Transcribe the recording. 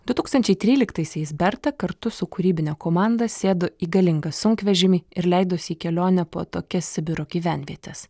du tūkstančiai tryliktaisiais berta kartu su kūrybine komanda sėdo į galingą sunkvežimį ir leidosi į kelionę po atokias sibiro gyvenvietes